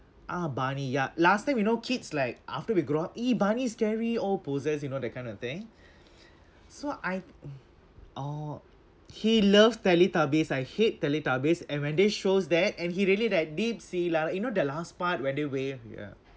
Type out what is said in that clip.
ah barney ya last time you know kids like after we grow up !ee! barney scary oh possess you know that kind of thing so I oh he loves teletubbies I hate teletubbies and when they shows that and he really like dipsy la you know the last part when they wave ya